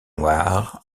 noir